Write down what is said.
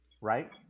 right